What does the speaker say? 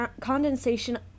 condensation